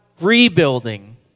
rebuilding